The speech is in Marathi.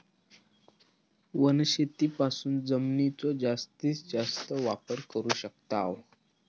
वनशेतीपासून जमिनीचो जास्तीस जास्त वापर करू शकताव